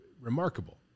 remarkable